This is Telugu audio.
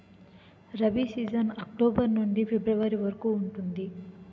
రబీ సీజన్ అక్టోబర్ నుండి ఫిబ్రవరి వరకు ఉంటుంది